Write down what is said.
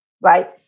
right